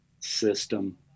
system